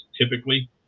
typically